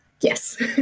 Yes